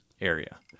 area